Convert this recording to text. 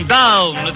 down